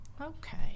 okay